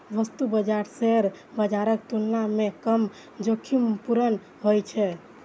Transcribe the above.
वस्तु बाजार शेयर बाजारक तुलना मे कम जोखिमपूर्ण होइ छै